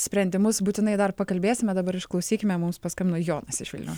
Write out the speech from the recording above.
sprendimus būtinai dar pakalbėsime dabar išklausykime mums paskambino jonas iš vilniaus